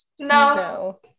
No